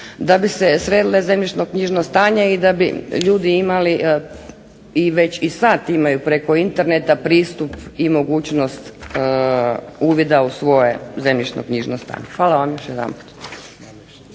da bi se sredile zemljišnoknjižno stanje i da bi ljudi imali i već i sad imaju preko Interneta pristup i mogućnost uvida u svoje zemljišnoknjižno stanje. Hvala vam još jedanput.